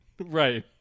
Right